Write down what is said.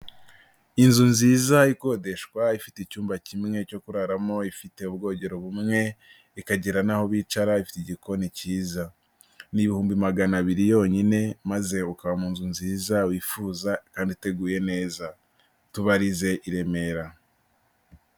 Inzu nziza ikodeshwa ifite icyumba kimwe cyo kuraramo, ifite ubwogero bumwe, ikagira naho bicara, ifite igikoni cyiza. Ni ibihumbi magana abiri yonyine maze ukaba mu nzu nziza wifuza kandi iteguye neza. Tubarize i Remera.